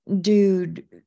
Dude